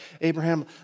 Abraham